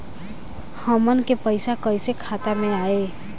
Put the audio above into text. हमन के पईसा कइसे खाता में आय?